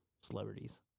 celebrities